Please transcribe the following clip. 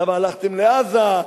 למה הלכתם לעזה?